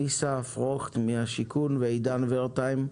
אליסה פרוכט ממשרד הבינוי והשיכון ועידן ורטהיים,